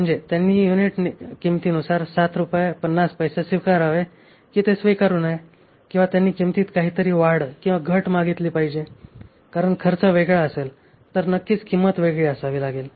म्हणजे त्यांनी युनिट किंमतीनुसार 7 रूपये 50 पैसे स्वीकारावे की ते स्वीकारू नये किंवा त्यांनी किंमतीत काहीतरी वाढ किंवा घट मागितली पाहिजे कारण खर्च वेगळा असेल तर नक्कीच किंमत वेगळी असावी लागेल